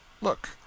Look